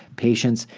patients,